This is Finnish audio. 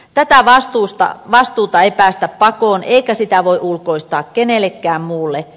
tätä vastuuta ei päästä pakoon eikä sitä voi ulkoistaa kenellekään muulle